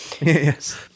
Yes